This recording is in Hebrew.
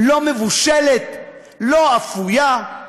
לא מבושלת, לא אפויה,